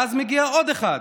ואז מגיע עוד אחד,